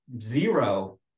zero